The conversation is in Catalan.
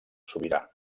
sobirà